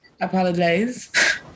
apologize